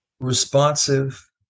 responsive